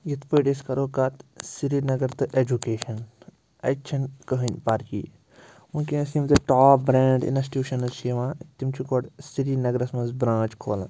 یِتھ پٲٹھۍ أسۍ کرو کَتھ سرینَگر تہٕ اٮ۪جُکیشَن اَتہِ چھِنہٕ کٕہۭنۍ پَرگی وٕنۍکٮ۪نَس یِم تہِ ٹاپ برٛینٛڈ اِنسٹوٗشَنٕز چھِ یِوان تِم چھِ گۄڈٕ سرینَگرَس منٛز برٛانٛچ کھولان